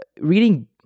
reading